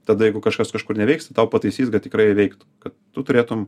tada jeigu kažkas kažkur neveiks tai tau pataisys kad tikrai įveiktų kad tu turėtum